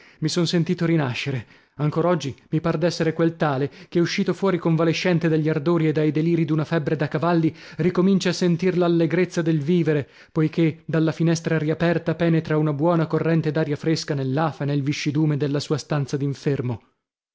mi son sentito rinascere ancor oggi mi par d'essere quel tale che uscito fuori convalescente dagli ardori e dai delirii d'una febbre da cavalli ricomincia a sentir l'allegrezza del vivere poichè dalla finestra riaperta penetra una buona corrente d'aria fresca nell'afa e nel viscidume della sua stanza d'infermo